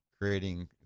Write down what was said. creating